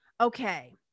okay